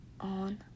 On